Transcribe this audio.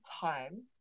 time